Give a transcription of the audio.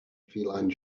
feline